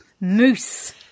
Moose